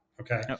Okay